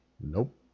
nope